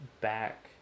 back